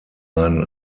ein